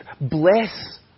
bless